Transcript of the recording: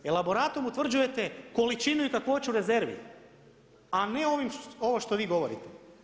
Elaboratom utvrđujete količinu i kakvoću rezervi, a ne ovo što vi govorite.